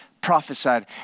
prophesied